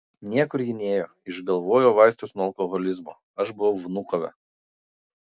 niekur ji nėjo išgalvojo vaistus nuo alkoholizmo aš buvau vnukove